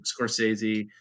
Scorsese